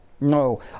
No